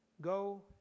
go